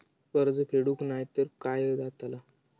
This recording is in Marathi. कर्ज फेडूक नाय तर काय जाताला?